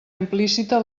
implícita